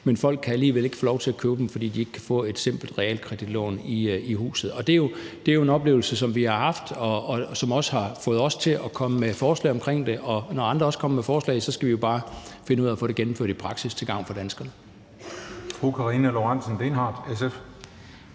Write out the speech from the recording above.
hvor folk alligevel ikke kan få lov til at købe dem, fordi de ikke kan få et simpelt realkreditlån i huset. Det er jo en oplevelse, som vi har haft, og som også har fået os til at komme med forslag om det, og når andre også kommer med forslag, skal vi jo bare finde ud af at få det gennemført i praksis til gavn for danskerne.